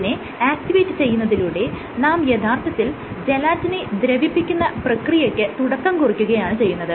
ജെല്ലിനെ activate ചെയ്യുന്നതിലൂടെ നാം യഥാർത്ഥത്തിൽ ജലാറ്റിനെ ദ്രവിപ്പിക്കുന്ന പ്രക്രിയയ്ക്ക് തുടക്കം കുറിക്കുകയാണ് ചെയ്യുന്നത്